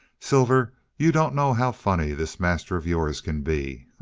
silver, you don't know how funny this master of yours can be!